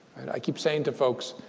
and i keep saying to folks,